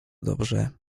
dobrze